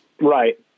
Right